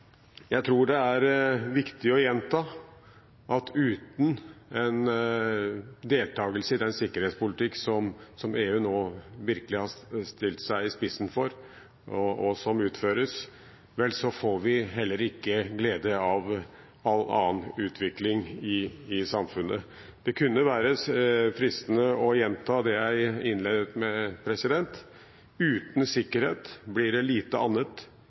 Jeg tror det er viktig å gjenta at uten en deltakelse i den sikkerhetspolitikk som EU nå virkelig har stilt seg i spissen for, og som føres, får vi heller ikke glede av all annen utvikling i samfunnet. Det kunne være fristende å gjenta det jeg innledet med: «Og uten sikkerhet blir det lite annet.